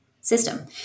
system